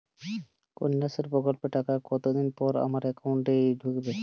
কন্যাশ্রী প্রকল্পের টাকা কতদিন পর আমার অ্যাকাউন্ট এ ঢুকবে?